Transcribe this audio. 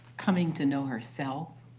coming to know herself,